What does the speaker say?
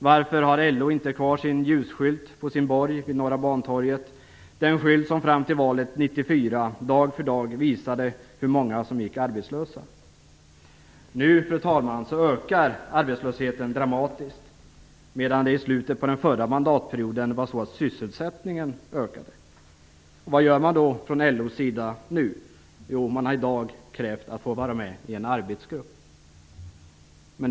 Varför har LO inte kvar sin ljusskylt på sin borg vid Norra Bantorget, den skylt som fram till valet 1994 dag för dag visade hur många som var arbetslösa? Nu ökar arbetslösheten dramatiskt medan det i slutet av den förra mandatperioden var så att sysselsättningen ökade. Vad gör man nu från LO:s sida? Jo, man har i dag krävt att få vara med i en arbetsgrupp.